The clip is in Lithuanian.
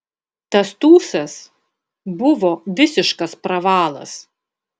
tas tūsas buvo visiškas pravalas